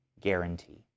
guarantee